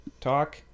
talk